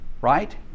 right